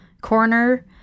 corner